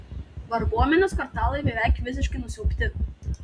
varguomenės kvartalai beveik visiškai nusiaubti